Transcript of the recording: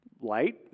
Light